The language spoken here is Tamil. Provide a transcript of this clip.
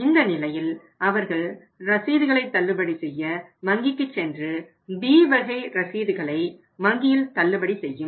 இந்த நிலையில் அவர்கள் ரசீதுகளை தள்ளுபடி செய்ய வங்கிக்கு சென்று B வகை ரசீதுகளை வங்கியில் தள்ளுபடி செய்யும்